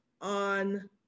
on